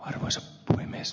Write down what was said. arvoisa puhemies